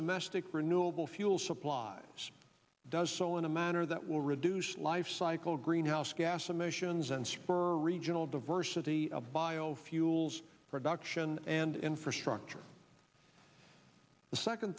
mastic renewable fuel supplies does so in a manner that will reduce lifecycle greenhouse gas emissions and spur regional diversity of biofuels production and infrastructure the second